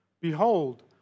Behold